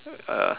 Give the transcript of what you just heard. uh